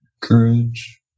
courage